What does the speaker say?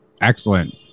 Excellent